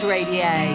Radio